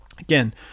Again